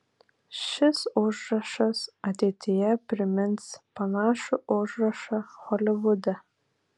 šis užrašas ateityje primins panašų užrašą holivude